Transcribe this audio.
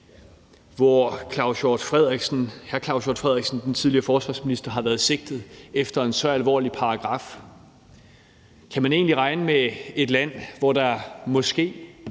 hr. Claus Hjort Frederiksen, den tidligere forsvarsminister, har været sigtet efter en så alvorlig paragraf? Kan man egentlig regne med et land, hvor der måske